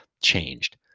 changed